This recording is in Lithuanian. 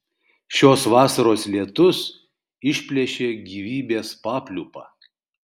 šios vasaros lietus išplėšė gyvybės papliūpą